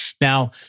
Now